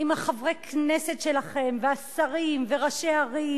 עם חברי הכנסת שלכם והשרים וראשי הערים,